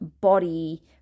body